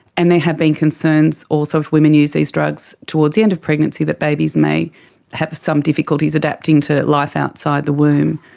and there have been concerns also if women use these drugs towards the end of pregnancy, that babies may have some difficulties adapting to life outside the womb.